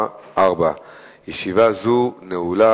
רצוני לשאול: